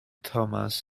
thomas